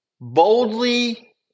boldly